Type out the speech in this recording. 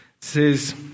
says